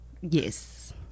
Yes